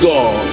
God